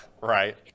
Right